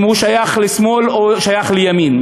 אם הוא שייך לשמאל או שייך לימין.